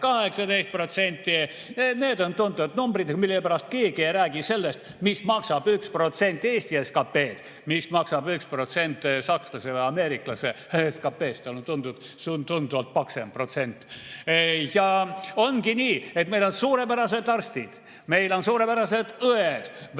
18%. Need on tuntud numbrid. Millegipärast keegi ei räägi sellest, mis maksab 1% Eesti SKT-st, aga see, mis maksab 1% sakslase või ameeriklase SKT-st, on tunduvalt paksem protsent. Ja ongi nii, et meil on suurepärased arstid. Meil on suurepärased õed, väga